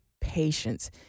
patience